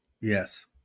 Yes